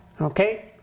Okay